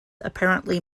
apparently